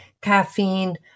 caffeine